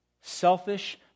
selfish